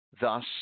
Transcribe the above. Thus